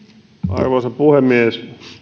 arvoisa puhemies